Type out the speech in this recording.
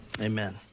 Amen